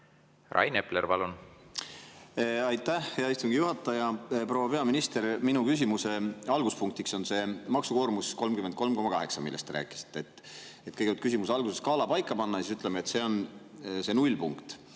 Rain Epler, palun! Aitäh, hea istungi juhataja! Proua peaminister! Minu küsimuse alguspunktiks on see maksukoormus 33,8%, millest te rääkisite. Et kõigepealt küsimuse alguses skaala paika panna, siis ütleme, et see on see nullpunkt,